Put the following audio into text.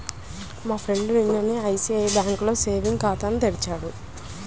నా ఫ్రెండు నిన్ననే ఎస్బిఐ బ్యేంకులో సేవింగ్స్ ఖాతాను తెరిచాడు